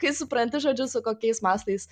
kai supranti žodžiu su kokiais mastais